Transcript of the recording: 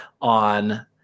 on